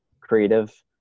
creative